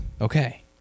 okay